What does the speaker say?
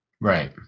right